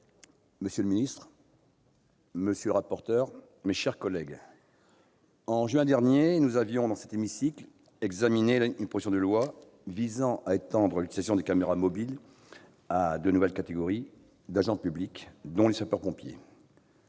monsieur le secrétaire d'État, monsieur le rapporteur, mes chers collègues, en juin dernier, nous avons examiné, dans cet hémicycle, une proposition de loi visant à étendre l'utilisation des caméras mobiles à deux nouvelles catégories d'agents publics, dont les sapeurs-pompiers.